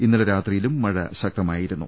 ഇന്നലെ രാത്രി യിലും മഴ ശക്തമായിരുന്നു